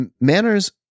Manners